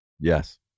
yes